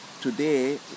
today